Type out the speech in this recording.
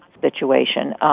situation